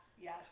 yes